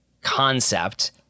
concept